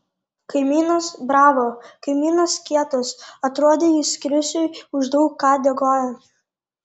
kaimynas bravo kaimynas kietas atrodė jis krisiui už daug ką dėkoja